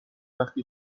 وقتی